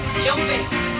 jumping